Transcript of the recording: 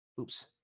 oops